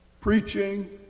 preaching